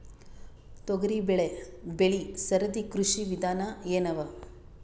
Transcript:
ತೊಗರಿಬೇಳೆ ಬೆಳಿ ಸರದಿ ಕೃಷಿ ವಿಧಾನ ಎನವ?